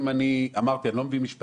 אני אמרתי שאני לא מבין משפטים,